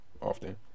often